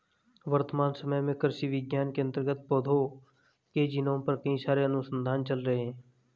वर्तमान समय में कृषि विज्ञान के अंतर्गत पौधों के जीनोम पर कई सारे अनुसंधान चल रहे हैं